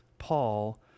Paul